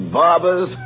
barbers